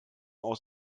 aus